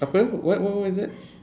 apa what what what is that